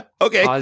Okay